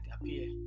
appear